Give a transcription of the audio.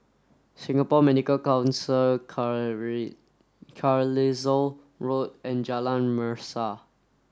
Singapore Medical Council Carlisle Road and Jalan Mesra